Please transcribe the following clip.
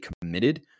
committed